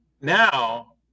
Now